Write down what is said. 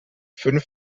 fünf